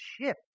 ship